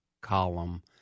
column